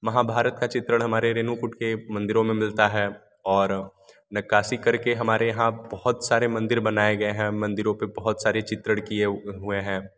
महाभारत का चित्रण हमारे रेणुकूट के मंदिरों में मिलता है और नक्काशी कर के हमारे यहाँ बहुत सारे मंदिर बनाए गए हैं मंदिरों पर बहुत सारे चित्रण किए हुए हैं